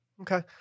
Okay